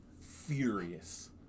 furious